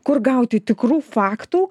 kur gauti tikrų faktų